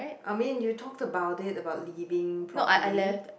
I mean you talked about it about leaving properly